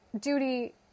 duty